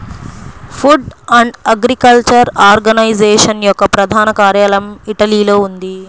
food and agriculture organisation యొక్క ప్రధాన కార్యాలయం ఇటలీలో ఉంది